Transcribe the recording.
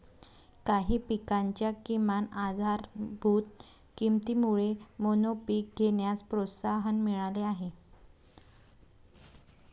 काही पिकांच्या किमान आधारभूत किमतीमुळे मोनोपीक घेण्यास प्रोत्साहन मिळाले आहे